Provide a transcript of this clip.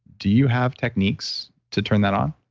do you have techniques to turn that on?